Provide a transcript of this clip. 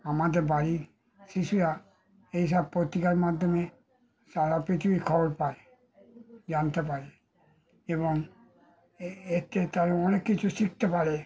আমাদের বাড়ির শিশুরা এই সব পত্রিকার মাধ্যমে সারা পৃথিবীর খবর পায় জানতে পারে এবং এ এতে তারা অনেক কিছু শিখতে পারে